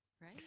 Right